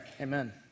amen